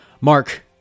Mark